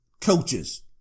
coaches